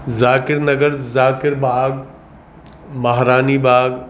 Zakir Nagar Zakir Bagh Maharani Bagh